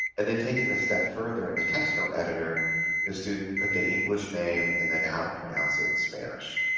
and then taking this step further and the text note editor the student put the english name and then how to pronounce it in spanish